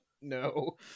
No